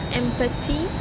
empathy